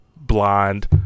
Blonde